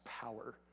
power